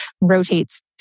rotates